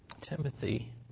Timothy